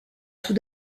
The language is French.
tout